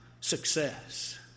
success